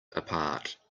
apart